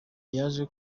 yaje